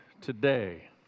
today